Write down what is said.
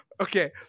Okay